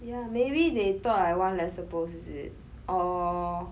ya maybe they thought I want lesser pearls is it